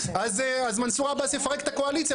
אז מנסור עבאס יפרק את הקואליציה.